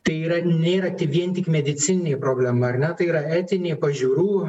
tai yra nėra ti vien tik medicininė problema ar ne tai yra etinė pažiūrų